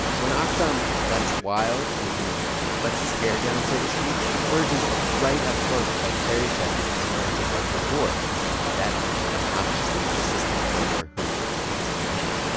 when ah aktham lets wild, when he lets his hair down so to speak, he verges right up close to that stereotype that he's trying so hard to avoid that obnoxiously persistent flirter who can't take a hint.